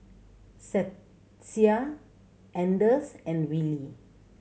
Stacia Anders and Willie